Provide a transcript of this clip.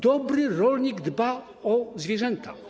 Dobry rolnik dba o zwierzęta.